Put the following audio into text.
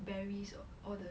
burries all the